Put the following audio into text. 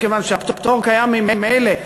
כיוון שהפטור קיים ממילא,